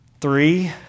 Three